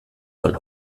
von